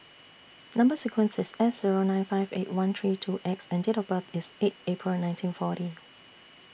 Number sequence IS S Zero nine five Eighty One three two X and Date of birth IS eight April nineteen forty